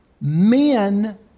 men